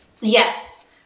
Yes